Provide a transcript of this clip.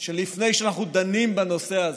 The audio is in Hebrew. שלפני שאנחנו דנים בנושא הזה,